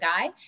guy